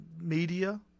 media